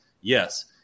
yes